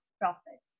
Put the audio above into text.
profit